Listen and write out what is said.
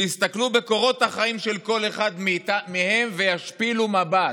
שיסתכלו בקורות החיים של כל אחד מהם וישפילו מבט,